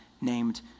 named